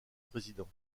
président